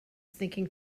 thinking